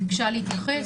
היא ביקשה להתייחס,